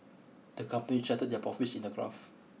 the company charted their profits in a graph